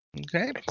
Okay